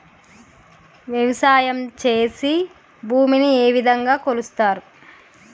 వ్యవసాయం చేసి భూమిని ఏ విధంగా కొలుస్తారు?